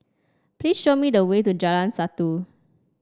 please show me the way to Jalan Satu